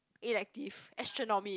elective astronomy